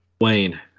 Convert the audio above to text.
Wayne